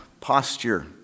posture